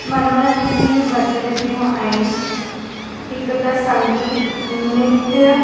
मनोरंजन जूं गतिविधियूं आहिनि हिकु त संगीत नृत्य